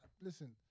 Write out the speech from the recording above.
Listen